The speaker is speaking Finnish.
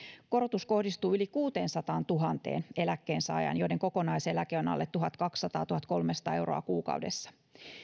korotus kohdistuu yli kuuteensataantuhanteen eläkkeensaajaan joiden kokonaiseläke on alle tuhatkaksisataa viiva tuhatkolmesataa euroa kuukaudessa